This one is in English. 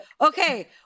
okay